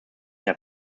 der